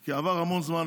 כי עבר המון זמן,